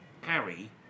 Harry